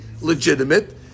legitimate